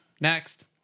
next